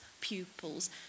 pupils